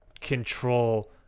control